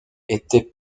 étaient